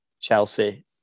Chelsea